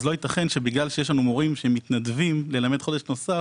לא ייתכן שבגלל שיש לנו מורים שמתנדבים ללמד חודש נוסף,